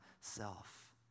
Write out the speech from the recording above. self